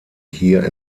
hier